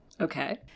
Okay